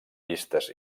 llistes